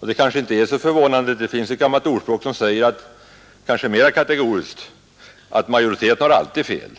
Det är kanske inte så förvånande; det finns ju ett gammalt ordspråk som säger, kanske mera kategoriskt, att majoriteten alltid har fel.